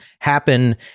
happen